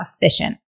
efficient